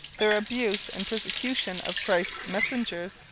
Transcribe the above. their abuse and persecution of christ's messengers,